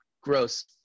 gross